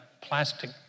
plastic